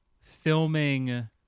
filming